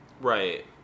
Right